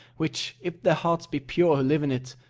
which, if their hearts be pure who live in it,